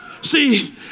See